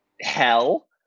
hell